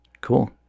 cool